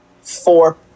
four